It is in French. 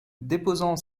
déposant